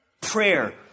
prayer